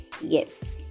Yes